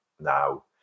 now